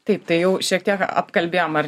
taip tai jau šiek tiek apkalbėjom ar